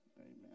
Amen